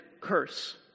curse